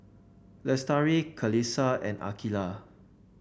Lestari Qalisha and Aqilah